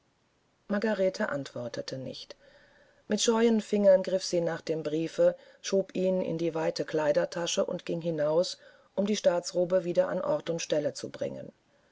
margarete antwortete nicht mit scheuem finger griff sie nach dem briefe schob ihn in die weite kleidertasche und ging hinaus um die staatsrobe wieder an ort und stelle zu bringen